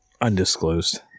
Undisclosed